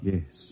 Yes